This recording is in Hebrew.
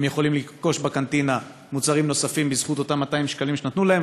הם יכולים לרכוש בקנטינה מוצרים נוספים בזכות אותם 200 שקלים שנתנו להם,